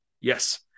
Yes